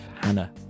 Hannah